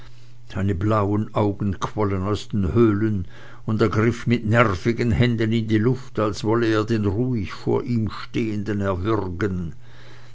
seine blauen augen quollen aus den höhlen und er griff mit den nervigen händen in die luft als wolle er den ruhig vor ihm stehenden erwürgen